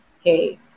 hey